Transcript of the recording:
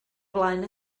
flaen